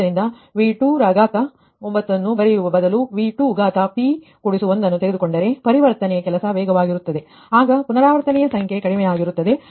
ಆದುದರಿಂದ V29 ನ್ನು ಬರೆಯುವ ಬದಲು V2p1ನ್ನು ತೆಗೆದುಕೊಂಡರೆ ಪರಿವರ್ತನೆ ಕೆಲಸ ವೇಗವಾಗಿರುತ್ತದೆ ಆಗ ಪುನರಾವರ್ತನೆಯಸಂಖ್ಯೆ ಕಡಿಮೆಯಾಗಿರುತ್ತದೆ